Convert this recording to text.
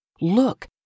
look